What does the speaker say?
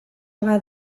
bat